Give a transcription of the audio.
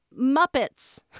Muppets